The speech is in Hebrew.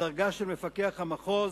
לדרגה של מפקח המחוז,